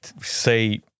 say